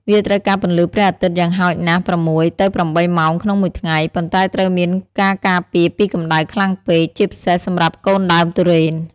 វាត្រូវការពន្លឺព្រះអាទិត្យ យ៉ាងហោចណាស់ ៦ ទៅ៨ ម៉ោងក្នុងមួយថ្ងៃ ប៉ុន្តែត្រូវមានការការពារពីកម្តៅខ្លាំងពេក ជាពិសេសសម្រាប់កូនដើមទុរេន។